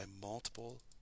multiple